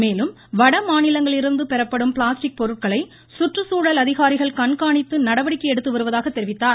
மேலும் வடமாநிலங்களிலிருந்து பெறப்படும் பிளாஸ்டிக் பொருட்களை சுற்றுச்சூழல் அதிகாரிகள் கண்காணித்து நடவடிக்கை எடுத்து வருவதாக தெரிவித்தார்